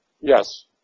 Yes